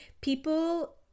People